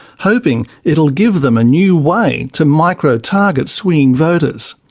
hoping it'll give them a new way to micro-target swinging voters.